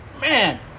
Man